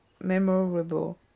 memorable